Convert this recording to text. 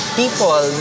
people